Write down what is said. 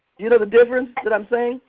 you know the difference that i'm saying?